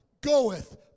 goeth